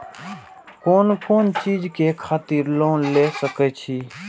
कोन कोन चीज के खातिर लोन ले सके छिए?